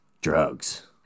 drugs